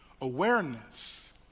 awareness